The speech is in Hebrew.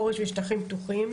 חורש ושטחים פתוחים.